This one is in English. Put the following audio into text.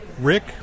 Rick